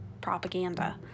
Propaganda